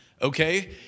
Okay